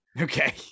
okay